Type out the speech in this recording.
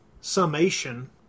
summation